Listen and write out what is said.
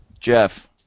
Jeff